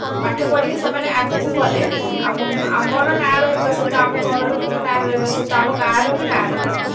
ପାଠ ପଢ଼ିକି ସେମାନେ ଆଗକୁ ଗଲେ ଆମ ଆମର ନାଁ ରହିବା ସହିତ ଆମ ଘର ଲୋକଙ୍କ ନାଁ ରହିବା ସହିତ ଆମ ଗାଁର ବି ନାଁ ରହିବ